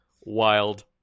Wild